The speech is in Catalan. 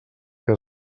que